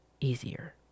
easier